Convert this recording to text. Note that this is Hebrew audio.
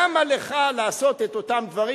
למה לך לעשות את אותם דברים,